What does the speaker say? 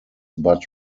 but